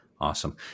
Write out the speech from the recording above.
Awesome